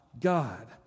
God